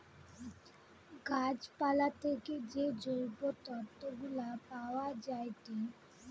গাছ পালা থেকে যে জৈব তন্তু গুলা পায়া যায়েটে